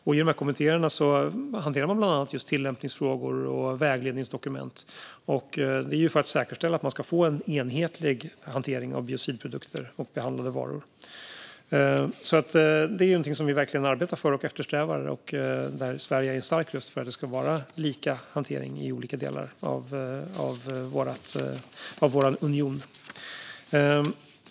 I dessa kommittéer hanterar man bland annat just tillämpningsfrågor och vägledningsdokument för att säkerställa att man ska få en enhetlig hantering av biocidprodukter och behandlade varor. Detta är någonting som vi arbetar för och eftersträvar, och där är Sverige en stark röst för att det ska vara lika hantering i olika delar av vår union.